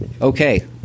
okay